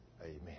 amen